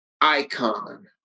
icon